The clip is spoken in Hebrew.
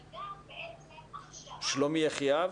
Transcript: את שלומי אני מכיר היטב,